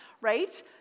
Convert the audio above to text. right